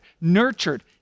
nurtured